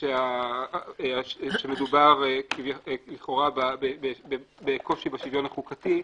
שמדובר לכאורה בקושי בשוויון החוקתי,